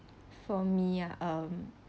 for me ah um